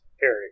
Harry